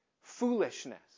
foolishness